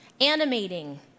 animating